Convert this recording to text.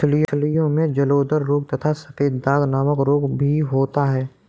मछलियों में जलोदर रोग तथा सफेद दाग नामक रोग भी होता है